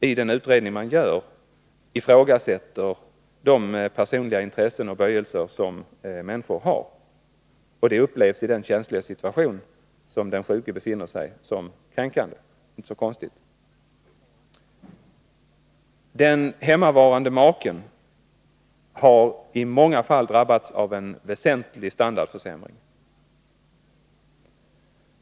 I den utredning som görs ifrågasätts de personliga intressen och böjelser som människorna har, och i den känsliga situation som den sjuke befinner sig i upplevs detta som kränkande — det är inte så konstigt. Den hemmavarande maken har i många fall drabbats av en väsentlig standardförsämring.